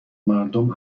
مردم